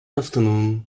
afternoon